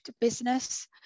business